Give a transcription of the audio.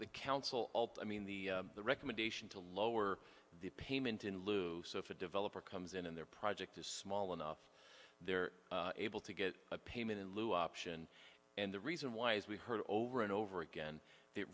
the council i mean the recommendation to lower the payment in lieu so if a developer comes in and their project is small enough they're able to get a payment in lieu option and the reason why is we heard over and over again th